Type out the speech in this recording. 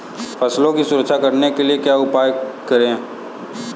फसलों की सुरक्षा करने के लिए क्या उपाय करें?